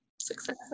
success